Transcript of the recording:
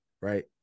right